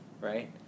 Right